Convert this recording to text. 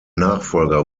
nachfolger